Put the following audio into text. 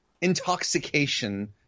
intoxication